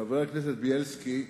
חבר הכנסת בילסקי,